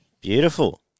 Beautiful